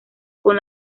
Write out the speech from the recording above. con